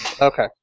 Okay